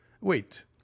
Wait